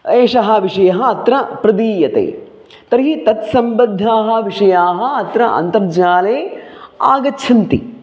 एषः विषयः अत्र प्रदीयते तर्हि तत्सम्बद्धाः विषयाः अत्र अन्तर्जाले आगच्छन्ति